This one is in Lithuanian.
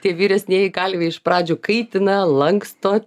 tie vyresnieji kalviai iš pradžių kaitina lanksto